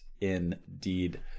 indeed